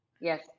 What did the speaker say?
yes